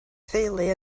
theulu